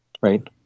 right